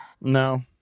no